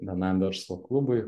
vienam verslo klubui